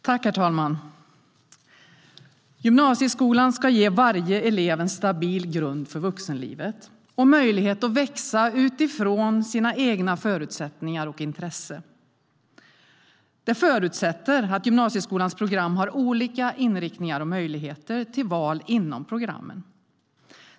Herr talman! Gymnasieskolan ska ge varje elev en stabil grund för vuxenlivet och möjlighet att växa utifrån sina egna förutsättningar och intressen. Det förutsätter att gymnasieskolans program har olika inriktningar och möjligheter till val inom programmen.